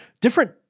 different